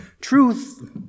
Truth